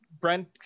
Brent